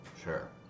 sure